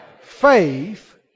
faith